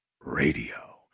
radio